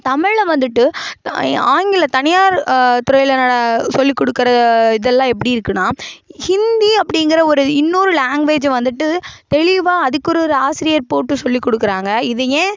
தமிழை வந்துட்டு ஆங்கில தனியார் துறையில் சொல்லிக்கொடுக்கிற இதெல்லாம் எப்படி இருக்குதுனா ஹிந்தி அப்படிங்கிற ஒரு இன்னொரு லாங்குவேஜ்ஜை வந்துட்டு தெளிவாக அதுக்கொரு ஆசிரியர் போட்டு சொல்லிக் கொடுக்குறாங்க இது ஏன்